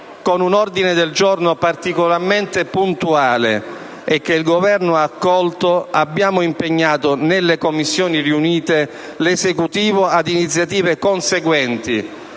con un ordine del giorno particolarmente puntuale che il Governo ha accolto, abbiamo impegnato l'Esecutivo, nelle Commissioni riunite, ad assumere iniziative conseguenti,